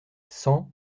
cent